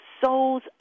souls